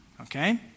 okay